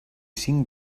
cinc